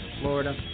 Florida